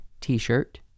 t-shirt